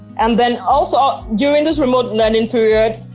and then also, during this remote learning period,